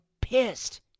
pissed